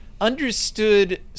understood